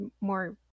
more